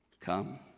Come